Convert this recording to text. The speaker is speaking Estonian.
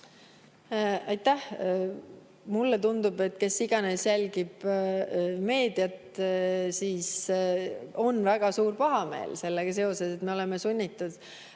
Aitäh! Mulle tundub, et kes iganes jälgib meediat, see teab, et on väga suur pahameel sellega seoses, et me oleme sunnitud